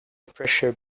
pressure